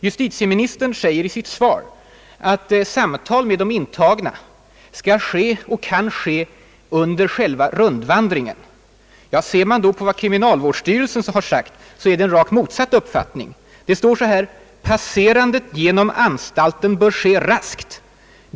Justitieministern säger i sitt svar, att samtal med de intagna skall ske och kan ske under själva rundvandringen. Ser man då på vad kriminalvårdsstyrelsen sagt så finner man där en rakt motsatt uppfattning. Den skriver så här: »Passerandet genom anstalten bör ske raskt.